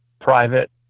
private